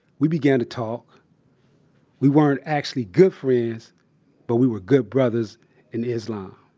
we began to talk we weren't actually good friends but we were good brothers in islam